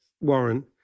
Warren